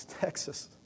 Texas